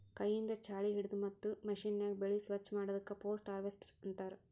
ಕೈಯಿಂದ್ ಛಾಳಿ ಹಿಡದು ಮತ್ತ್ ಮಷೀನ್ಯಾಗ ಬೆಳಿ ಸ್ವಚ್ ಮಾಡದಕ್ ಪೋಸ್ಟ್ ಹಾರ್ವೆಸ್ಟ್ ಅಂತಾರ್